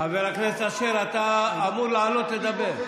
חבר הכנסת אשר, אתה אמור לעלות לדבר.